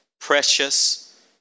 precious